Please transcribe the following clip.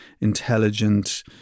intelligent